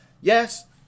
Yes